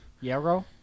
yellow